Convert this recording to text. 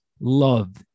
loved